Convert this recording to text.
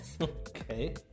Okay